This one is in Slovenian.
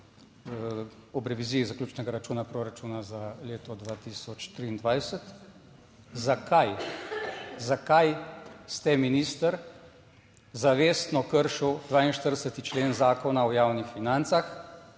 ob reviziji zaključnega računa proračuna za leto 2023. Zakaj, zakaj ste minister zavestno kršil 42. člen Zakona o javnih financah